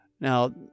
Now